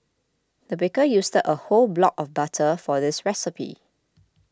the baker used a whole block of butter for this recipe